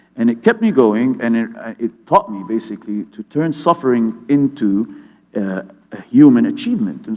and it kept me going and it it taught me basically to turn suffering into a human achievement, and